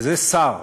וזה שר.